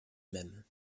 même